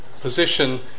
position